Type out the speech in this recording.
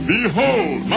Behold